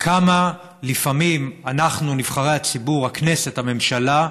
כמה לפעמים אנחנו נבחרי הציבור, הכנסת, הממשלה,